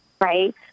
right